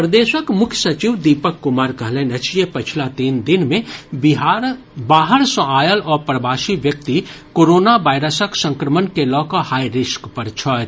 प्रदेशक मुख्य सचिव दीपक कुमार कहलनि अछि जे पछिला तीन दिन मे बाहर सॅ आयल अप्रवासी व्यक्ति कोरोना वायरसक संक्रमण के लऽकऽ हाईरिस्क पर छथि